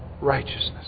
righteousness